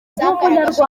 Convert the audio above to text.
zagaragaje